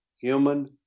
Human